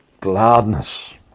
gladness